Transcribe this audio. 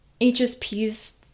hsps